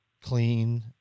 clean